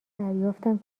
دریافتم